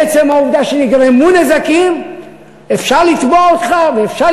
בעצם העובדה שנגרמו נזקים אפשר לתבוע אותך ואפשר